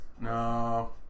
No